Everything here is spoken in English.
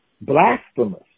blasphemous